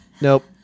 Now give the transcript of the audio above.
nope